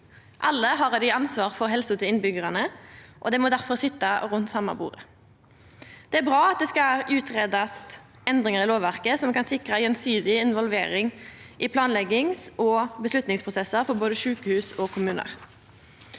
desse har ansvar for helsa til innbyggjarane, og dei må difor sitja rundt det same bordet. Det er bra at det skal greiast ut endringar i lovverket som kan sikra gjensidig involvering i planleggings- og avgjerdsprosessar for både sjukehus og kommunar.